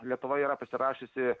lietuva yra pasirašiusi